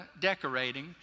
decorating